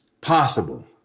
possible